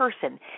person